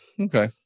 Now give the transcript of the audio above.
Okay